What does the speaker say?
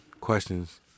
questions